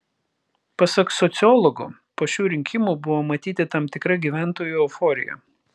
pasak sociologo po šių rinkimų buvo matyti tam tikra gyventojų euforija